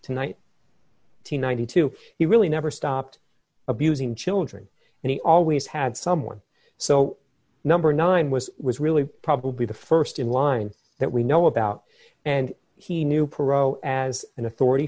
tonight to ninety two he really never stopped abusing children and he always had someone so number nine was was really probably the st in line that we know about and he knew perot as an authority